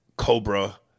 Cobra